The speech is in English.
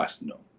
no